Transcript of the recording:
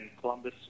Columbus